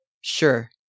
Sure